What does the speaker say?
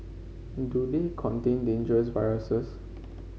do they contain dangerous viruses